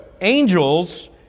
Angels